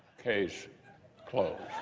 case closed.